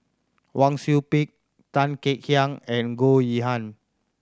Wang Sui Pick Tan Kek Hiang and Goh Yihan